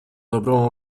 dobrą